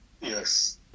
yes